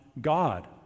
God